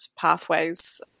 pathways